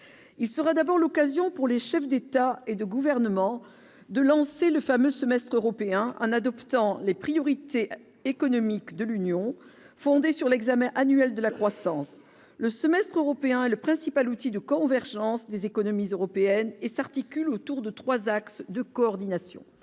il sera d'abord l'occasion pour les chefs d'État et de gouvernement de lancer le fameux semestre européen en adoptant les priorités économiques de l'Union, fondé sur l'examen annuel de la croissance, le semestre européen est le principal outil de convergence des économies européennes et s'articule autour de 3 axes de coordination